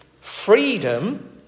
freedom